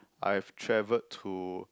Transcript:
I've traveled to